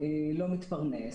לא מתפרנס,